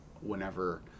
whenever